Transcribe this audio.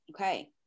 Okay